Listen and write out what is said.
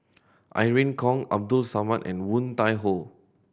Irene Khong Abdul Samad and Woon Tai Ho